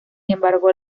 embargo